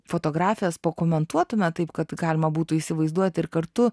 fotografijas pakomentuotume taip kad galima būtų įsivaizduoti ir kartu